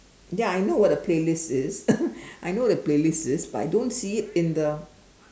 ya I know what a playlist is I know the playlist is but I don't see it in the